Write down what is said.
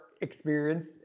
experience